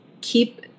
keep